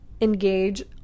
engage